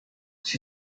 she